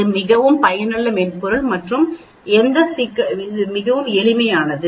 இது மிகவும் பயனுள்ள மென்பொருள் மற்றும் இந்த சிக்கல் மிகவும் எளிது